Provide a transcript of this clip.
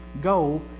goal